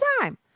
time